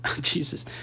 Jesus